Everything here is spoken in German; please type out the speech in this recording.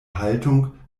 haltung